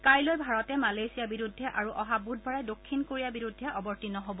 কাইলৈ ভাৰতে মালয়েছিয়াৰ বিৰুদ্ধে আৰু অহা বুধবাৰে দক্ষিণ কোৰিয়াৰ বিৰুদ্ধে অৱতীৰ্ণ হব